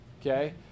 okay